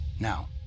Now